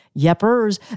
Yepers